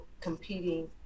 competing